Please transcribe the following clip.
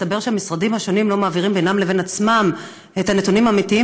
מסתבר שהמשרדים לא מעבירים בינם לבין עצמם את הנתונים האמיתיים,